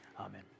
Amen